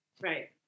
Right